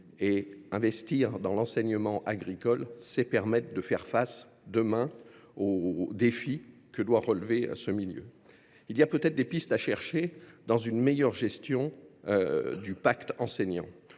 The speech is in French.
Investir dans l’enseignement agricole, c’est permettre de faire face demain aux défis que doit relever ce milieu. Il y a peut être des pistes à chercher dans une meilleure gestion du pacte enseignant,